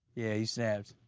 yeah, he snaps.